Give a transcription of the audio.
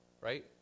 Right